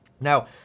Now